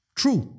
true